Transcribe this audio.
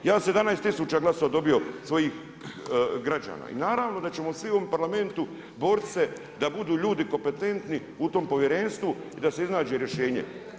Ja 17 tisuća glasova dobio svojih građana i naravno da ćemo svi u ovom Parlamentu boriti se da budu ljudi kompetentni u tom Povjerenstvu u i da se iznađe rješenje.